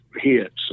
hits